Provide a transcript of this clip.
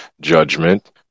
judgment